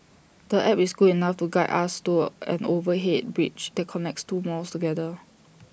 the app is good enough to guide us to an overhead bridge that connects two malls together